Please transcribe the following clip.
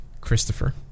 Christopher